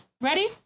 Ready